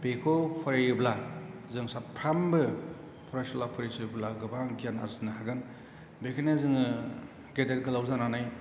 बेखौ फरायोब्ला जों साफ्रोमबो फरायसुला फरायसुलिफ्रा गोबां गियान आरजिनो हागोन बेखायनो जोङो गेदेर गोलाव जानानै